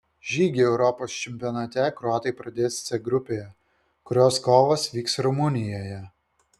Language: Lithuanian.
žygį europos čempionate kroatai pradės c grupėje kurios kovos vyks rumunijoje